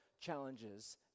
challenges